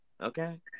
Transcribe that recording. Okay